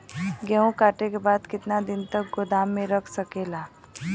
गेहूँ कांटे के बाद कितना दिन तक गोदाम में रह सकेला?